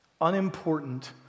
unimportant